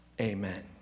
Amen